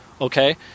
Okay